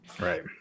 Right